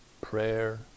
prayer